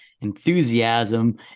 enthusiasm